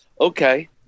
okay